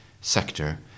sector